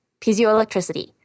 piezoelectricity